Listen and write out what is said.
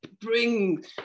bring